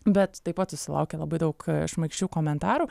bet taip pat susilaukia labai daug šmaikščių komentarų